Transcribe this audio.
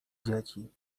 dzieci